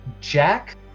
Jack